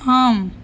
ஆம்